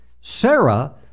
Sarah